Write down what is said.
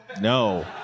No